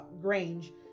Grange